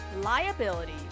liability